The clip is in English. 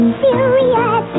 serious